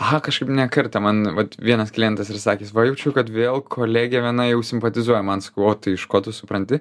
aha kažkaip ne kartą man vat vienas klientas ir sakęs va jaučiu kad vėl kolegė viena jau simpatizuoja man sakau o tai iš ko tu supranti